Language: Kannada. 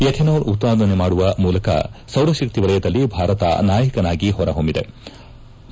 ಎಥೆನಾಲ್ ಉತ್ಪಾದನೆ ಮಾಡುವ ಮೂಲಕ ಸೌರಶಕ್ತಿ ವಲಯದಲ್ಲಿ ಭಾರತ ನಾಯಕನಾಗಿ ಹೊರಹೊಮ್ನದೆ